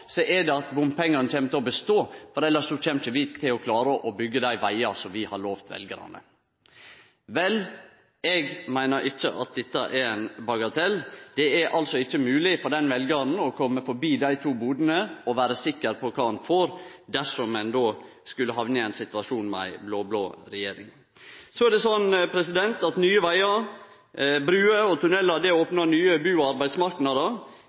Så skal veljarane gå tre steg lenger nedover gata, og der møter dei Helleland. Representanten Helleland kjem til å seie at er det ein ting dei kan vere sikre på, er det at bompengane kjem til å bestå, for elles kjem vi ikkje til å klare å byggje dei vegane vi har lovt veljarane. Vel, eg meiner ikkje at dette er ein bagatell. Det er ikkje mogleg for den veljaren å kome forbi dei to buene og vere sikker på kva han får dersom ein skulle hamne i ein situasjon med ei blå-blå regjering. Nye